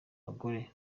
bagore